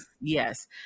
yes